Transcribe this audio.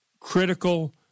critical